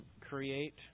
create